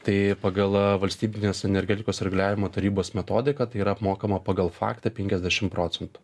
tai pagal valstybinės energetikos reguliavimo tarybos metodiką tai yra apmokama pagal faktą penkiasdešim procentų